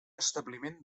establiment